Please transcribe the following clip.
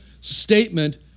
statement